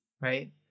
right